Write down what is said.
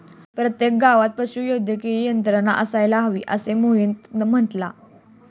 प्रत्येक गावात पशुवैद्यकीय यंत्रणा असायला हवी, असे मोहित म्हणाला